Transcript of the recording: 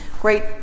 great